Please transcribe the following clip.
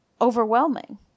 overwhelming